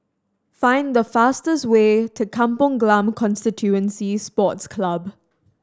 find the fastest way to Kampong Glam Constituency Sports Club